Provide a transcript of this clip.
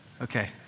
Okay